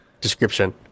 Description